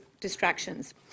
distractions